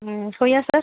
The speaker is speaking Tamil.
ம் கொய்யா சார்